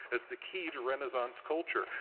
as the key to renaissance culture.